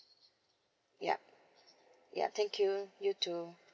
yup ya thank you you too